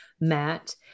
Matt